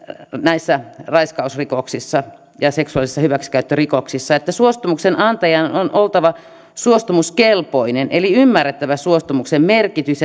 näissä raiskausrikoksissa ja seksuaalisissa hyväksikäyttörikoksissa että suostumuksen antajan on oltava suostumuskelpoinen eli ymmärrettävä suostumuksen merkitys